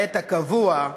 לעת הקבוע,